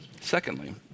secondly